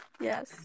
Yes